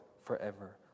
forever